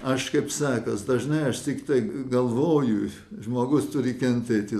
aš kaip sakąs dažnai aš tiktai galvojus žmogus turi kentėti